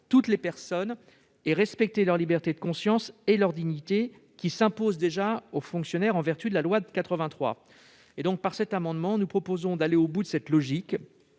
toutes les personnes et de respecter leur liberté de conscience et leur dignité, obligation qui s'impose déjà aux fonctionnaires en vertu de la loi de 1983. Avec cet amendement, nous proposons d'aller au bout de cette logique